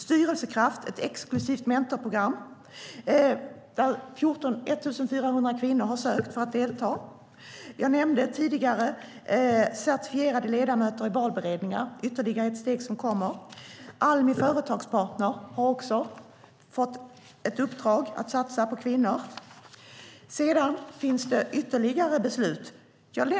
Styrelsekraft är ett exklusivt mentorprogram som 1 400 kvinnor har sökt för att delta i. Jag nämnde tidigare certifierade ledamöter i valberedningar. Det är ytterligare ett steg som kommer. Almi Företagspartner har också fått ett uppdrag att satsa på kvinnor. Sedan finns det ytterligare beslut.